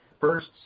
First